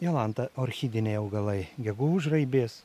jolanta orchidiniai augalai gegužraibės